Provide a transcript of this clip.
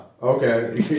Okay